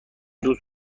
دوست